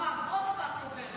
כמה אגרות אתה צובר.